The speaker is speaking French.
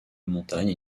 montagnes